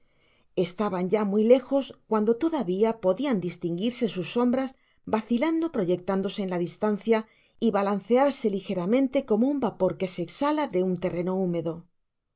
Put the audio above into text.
estaban ya muy lejos cuando todavia podian distinguirse sus sombras vacilantes proyectándose en la distancia y balancearse ligeramente como un vapor que se exhala de un terreno húmedo